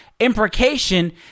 imprecation